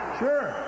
sure